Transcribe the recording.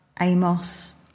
Amos